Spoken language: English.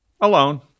Alone